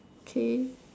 okay